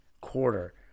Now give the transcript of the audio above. quarter